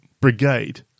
brigade